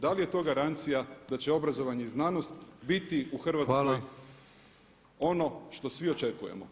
Da li je to garancija da će obrazovanje i znanost biti u Hrvatskoj ono što svi očekujemo.